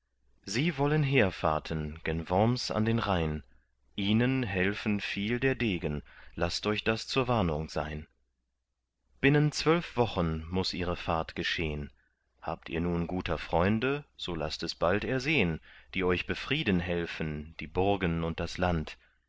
sie wollen heerfahrten gen worms an den rhein ihnen helfen viel der degen laßt euch das zur warnung sein binnen zwölf wochen muß ihre fahrt geschehn habt ihr nun guter freunde so laßt es bald ersehn die euch befrieden helfen die burgen und das land